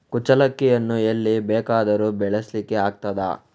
ಕುಚ್ಚಲಕ್ಕಿಯನ್ನು ಎಲ್ಲಿ ಬೇಕಾದರೂ ಬೆಳೆಸ್ಲಿಕ್ಕೆ ಆಗ್ತದ?